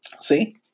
See